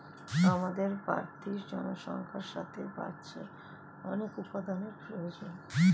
আমাদের বাড়তি জনসংখ্যার সাথে বাড়ছে অনেক উপাদানের প্রয়োজন